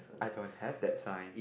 I don't have that sign